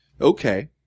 Okay